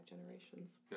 generations